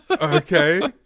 Okay